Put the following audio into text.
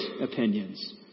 opinions